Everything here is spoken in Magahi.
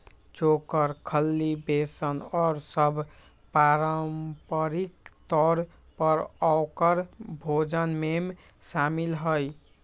चोकर, खल्ली, बेसन और सब पारम्परिक तौर पर औकर भोजन में शामिल हई